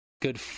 good